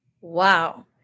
Wow